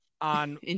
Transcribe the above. on